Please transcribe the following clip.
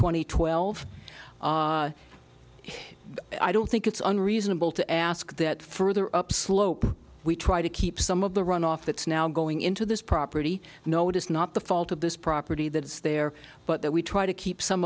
and twelve i don't think it's unreasonable to ask that further upslope we try to keep some of the runoff that's now going into this property no it is not the fault of this property that is there but that we try to keep some